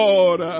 Lord